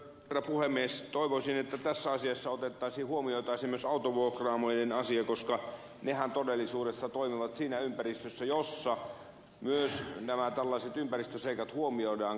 toivoisin että tässä asiassa huomioitaisiin myös autovuokraamojen asia koska nehän todellisuudessa toimivat siinä ympäristössä jossa myös nämä tällaiset ympäristöseikat huomioidaan